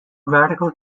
radical